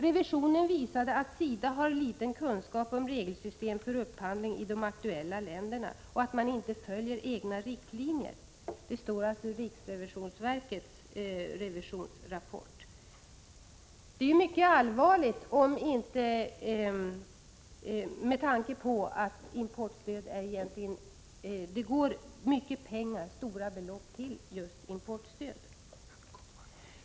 Revisionsrapporten visar att SIDA har liten kunskap om regelsystem för upphandling i de aktuella länderna och att SIDA inte följer sina egna riktlinjer. Detta är mycket allvarligt, med tanke på de stora belopp som utgår i form av importstöd.